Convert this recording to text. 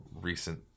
recent